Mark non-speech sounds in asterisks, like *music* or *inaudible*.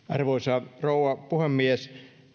*unintelligible* arvoisa rouva puhemies